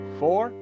four